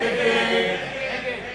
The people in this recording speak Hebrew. הצעת סיעת חד"ש שלא להחיל